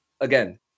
again